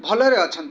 ଭଲରେ ଅଛନ୍ତି